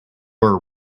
were